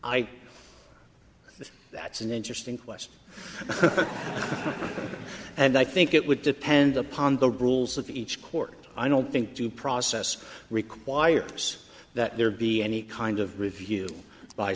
think that's an interesting question and i think it would depend upon the rules of each court i don't think due process requires that there be any kind of review by